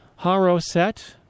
Haroset